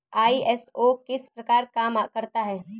ISO किस प्रकार काम करता है